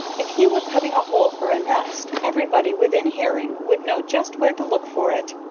if he were cutting a hole for a nest, everybody within hearing would know just where to look for it.